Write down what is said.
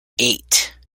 eight